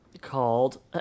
Called